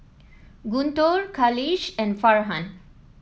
Guntur Khalish and Farhan